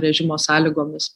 režimo sąlygomis